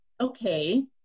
okay